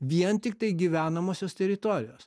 vien tiktai gyvenamosios teritorijos